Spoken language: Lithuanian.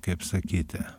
kaip sakyti